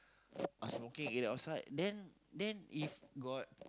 smoking area outside then then if got